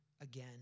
again